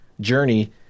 journey